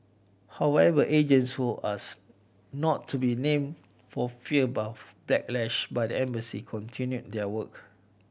however agents who asked not to be named for fear backlash by the embassy continued their work